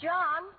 John